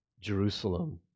Jerusalem